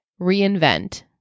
reinvent